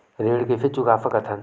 ऋण कइसे चुका सकत हन?